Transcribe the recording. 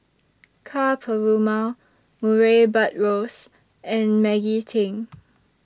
Ka Perumal Murray Buttrose and Maggie Teng